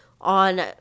on